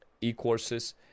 e-courses